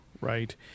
right